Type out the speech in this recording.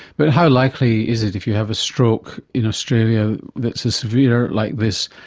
but how likely is it if you have a stroke in australia that's as severe like this,